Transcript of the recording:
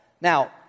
Now